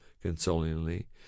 consolingly